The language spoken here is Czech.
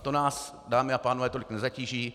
To nás, dámy a pánové, tolik nezatíží.